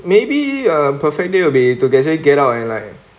maybe a perfect day will be to actually get out and like